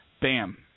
bam